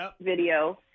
video